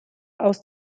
aus